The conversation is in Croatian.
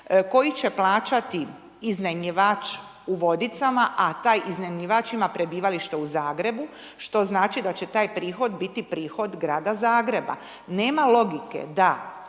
koji će plaćati iznajmljivač u Vodicama, a taj iznajmljivač ima prebivalište u Zagrebu, što znači da će taj prihod biti prihod Grada Zagreba. Nema logike da